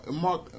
Mark